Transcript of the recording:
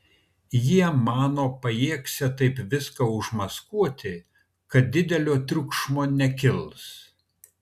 jie mano pajėgsią taip viską užmaskuoti kad didelio triukšmo nekils